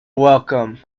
welcome